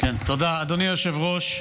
תודה, אדוני היושב-ראש.